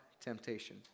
temptation